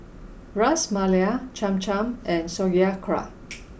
Ras Malai Cham Cham and Sauerkraut